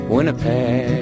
Winnipeg